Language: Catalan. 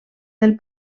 del